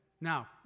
Now